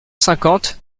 cinquante